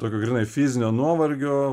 tokio grynai fizinio nuovargio